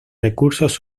recursos